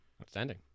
Outstanding